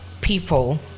people